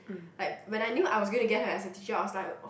like when I knew I was going to get her as a teacher I was like